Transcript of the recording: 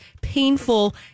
painful